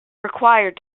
required